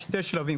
יש שני שלבים.